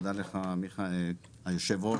תודה לך יושב הראש,